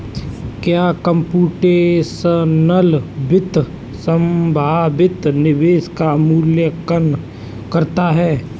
क्या कंप्यूटेशनल वित्त संभावित निवेश का मूल्यांकन करता है?